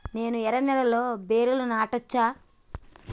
నేను ఎర్ర నేలలో బీరలు నాటచ్చా?